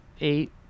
eight